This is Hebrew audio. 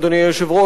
אדוני היושב-ראש,